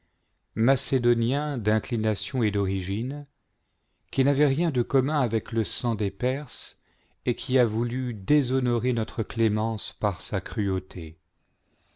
macédonien d'inclination et d'origine qui n'avait rien de commun avec le sang des perses et qui a voulu déshonorer notre clémence par sa cruauté